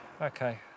Okay